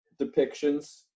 depictions